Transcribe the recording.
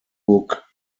hook